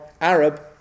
Arab